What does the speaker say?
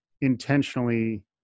intentionally